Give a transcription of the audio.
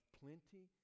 plenty